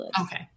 Okay